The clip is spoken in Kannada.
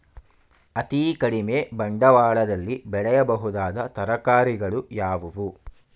ಅತೀ ಕಡಿಮೆ ಬಂಡವಾಳದಲ್ಲಿ ಬೆಳೆಯಬಹುದಾದ ತರಕಾರಿಗಳು ಯಾವುವು?